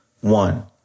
One